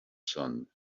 sun